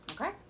Okay